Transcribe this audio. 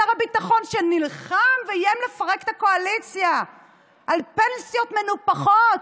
שר הביטחון שנלחם ואיים לפרק את הקואליציה על פנסיות מנופחות,